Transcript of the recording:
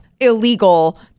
illegal